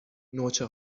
نوچه